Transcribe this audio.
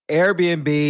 Airbnb